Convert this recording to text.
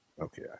Okay